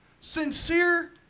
Sincere